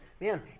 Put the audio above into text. Man